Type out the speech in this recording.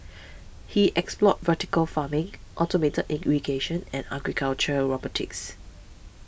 he explored vertical farming automated irrigation and agricultural robotics